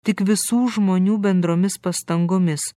tik visų žmonių bendromis pastangomis